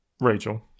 Rachel